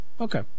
Okay